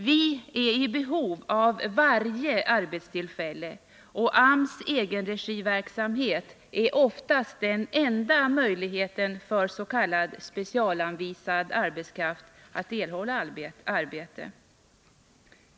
Vi är i behov av varje arbetstillfälle, och AMS egenregiverksamhet är oftast den enda möjligheten för s.k. specialanvisad arbetskraft att erhålla arbete.